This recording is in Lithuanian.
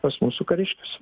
pas mūsų kariškius